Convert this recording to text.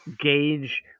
gauge